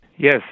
Yes